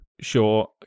sure